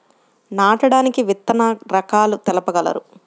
నాటడానికి విత్తన రకాలు తెలుపగలరు?